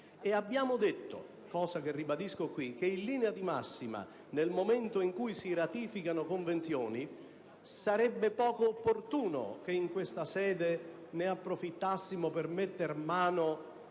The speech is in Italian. ribadisco qui - che in linea di massima, nel momento in cui si ratificano convenzioni, sarebbe poco opportuno che in questa sede ne approfittarne per metter mano